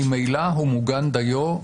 ממילא הוא מוגן דיו,